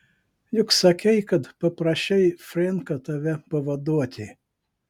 juk sakei kad paprašei frenką tave pavaduoti